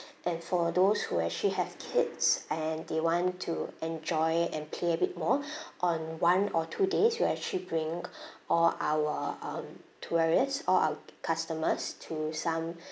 and for those who actually have kids and they want to enjoy and play a bit more on one or two days we actually bring all our um tourists all our customers to some